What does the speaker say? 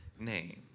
name